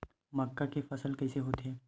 मक्का के फसल कइसे होथे?